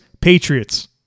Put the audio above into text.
Patriots